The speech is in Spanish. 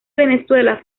venezuela